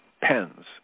pens